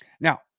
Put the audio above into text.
Now